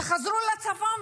תחזרו לצפון,